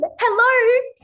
hello